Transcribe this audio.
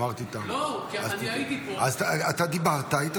אמרתי: תמה.